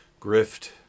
grift